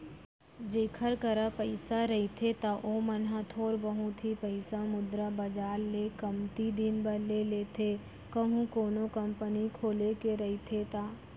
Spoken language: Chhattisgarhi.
जेखर करा पइसा रहिथे त ओमन ह थोर बहुत ही पइसा मुद्रा बजार ले कमती दिन बर ले लेथे कहूं कोनो कंपनी खोले के रहिथे ता